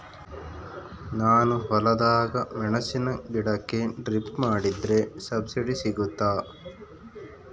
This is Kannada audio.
ನಾನು ಹೊಲದಾಗ ಮೆಣಸಿನ ಗಿಡಕ್ಕೆ ಡ್ರಿಪ್ ಮಾಡಿದ್ರೆ ಸಬ್ಸಿಡಿ ಸಿಗುತ್ತಾ?